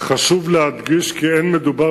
על-פי פרסומים,